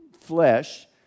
flesh